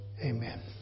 Amen